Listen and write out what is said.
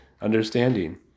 Understanding